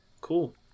Cool